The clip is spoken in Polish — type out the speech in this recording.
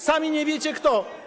Sami nie wiecie kto.